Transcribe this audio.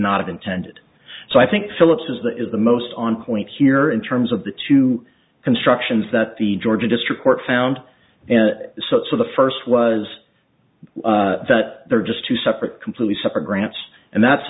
not intended so i think phillips is the is the most on point here in terms of the two constructions that the georgia district court found and such for the first was that there are just two separate completely separate grants and that's